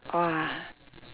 ah